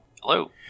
Hello